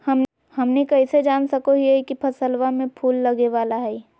हमनी कइसे जान सको हीयइ की फसलबा में फूल लगे वाला हइ?